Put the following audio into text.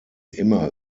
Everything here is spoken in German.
immer